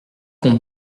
qu’on